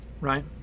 right